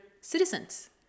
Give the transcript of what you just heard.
citizens